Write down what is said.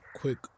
quick